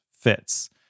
fits